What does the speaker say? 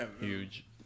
huge